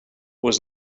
was